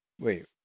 Wait